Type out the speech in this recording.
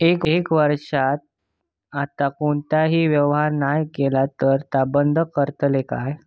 एक वर्षाच्या आत कोणतोही व्यवहार नाय केलो तर ता बंद करतले काय?